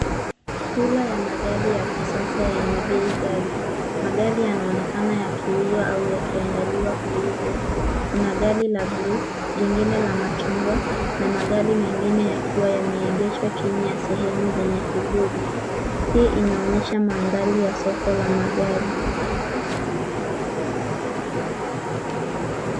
Cooler ya magari ya kisasa yenye bei ghali. Magari yanaonekana yakiuzwa au yakiandaliwa kuuzwa, kuna gari la bluu, lingine la machungwa na magari mengine ya kiwa yame egeshwa chini ya sehemu yenye kivuli. Hii inaonyesha mandhari ya soko la magari.